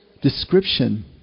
description